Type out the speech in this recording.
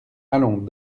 allons